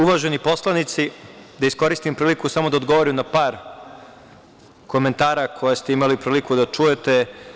Uvaženi poslanici, da iskoristim priliku samo da odgovorim na par komentara koje ste imali priliku da čujete.